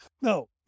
No